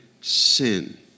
sin